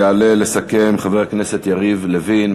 יעלה לסכם חבר הכנסת יריב לוין.